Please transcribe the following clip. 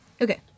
Okay